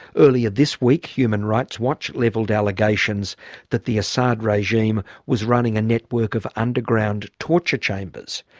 earlier this week human rights watch levelled allegations that the assad regime was running a network of underground torture chambers.